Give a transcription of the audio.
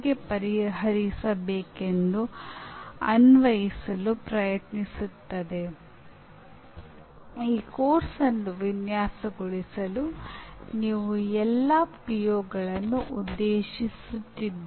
ಅಂದಾಜುವಿಕೆ ಬಗ್ಗೆ ನಿಮಗೆ ಕಾಳಜಿ ಇದ್ದರೆ ನೀವು ಅದನ್ನು ಹೇಗೆ ನಡೆಸಲಿದ್ದೀರಿ ಅದು ಎಲ್ಲಿ ಪ್ರತಿಫಲಿಸುತ್ತದೆ ನೀವು ಏನು ಮಾಡಲು ಯೋಜಿಸುತ್ತಿದ್ದೀರಿ